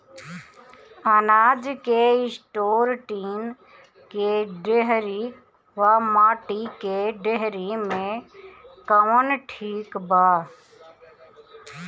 अनाज के store tin के डेहरी व माटी के डेहरी मे कवन ठीक बा?